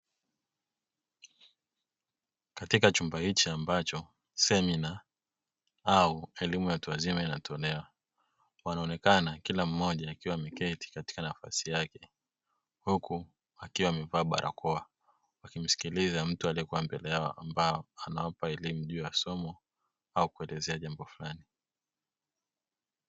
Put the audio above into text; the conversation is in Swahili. Katika chumba hiki ambacho semina au elimu ya watu wazima inatolewa, wanaonekana kila mmoja akiwa ameketi katika nafasi yake, huku wakiwa wamevaa barakoa, wakimsikiliza mtu aliyekuwa mbele yao ambaye anawapa elimu juu ya somo au kuelezea jambo fulani.